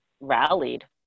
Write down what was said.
rallied